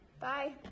Bye